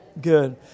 good